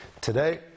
today